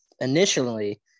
Initially